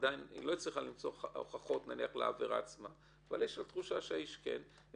ועדיין לא הצליחה למצוא הוכחות אבל יש לה תחושה שהאיש עשה את המעשה,